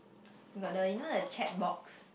got the you know the chat box